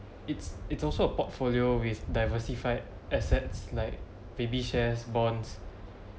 it's it's also a portfolio with diversified assets like baby shares bonds